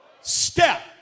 step